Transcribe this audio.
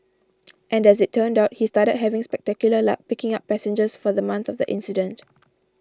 and as it turned out he started having spectacular luck picking up passengers for the month of the incident